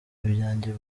ibyanjye